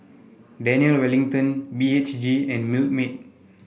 Daniel Wellington B H G and Milkmaid